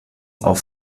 auf